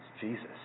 Jesus